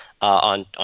on